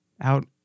out